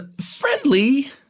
friendly